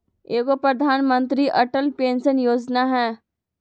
एगो प्रधानमंत्री अटल पेंसन योजना है?